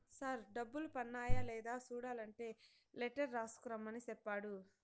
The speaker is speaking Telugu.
సార్ డబ్బులు పన్నాయ లేదా సూడలంటే లెటర్ రాసుకు రమ్మని సెప్పాడు